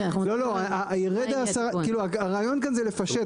לא, הרעיון כאן זה לפשט.